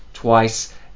Twice